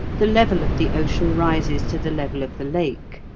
the level of the ocean rises to the level of the lake,